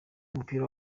w’umupira